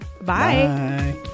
Bye